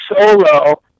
solo